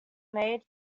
made